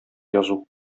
язу